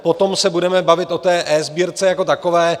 Potom se budeme bavit o té eSbírce jako takové.